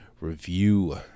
Review